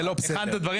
יוראי, אתה הכנת דברים?